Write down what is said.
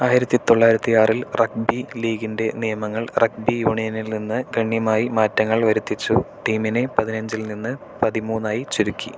ആയിരത്തി തൊള്ളായിരത്തി ആറിൽ റഗ്ബി ലീഗിൻ്റെ നിയമങ്ങൾ റഗ്ബി യൂണിയനിൽ നിന്ന് ഗണ്യമായി മാറ്റങ്ങൾ വരുത്തിച്ചു ടീമിനെ പതിനഞ്ചിൽ നിന്ന് പതിമൂന്ന് ആയി ചുരുക്കി